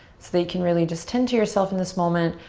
so that you can really just tend to yourself in this moment.